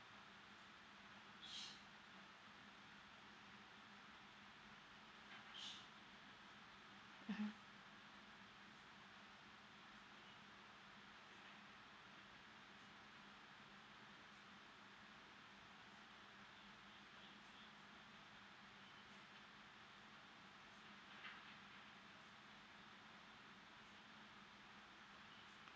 mmhmm